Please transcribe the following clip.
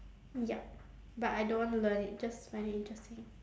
yup but I don't want to learn it just find it interesting